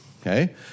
Okay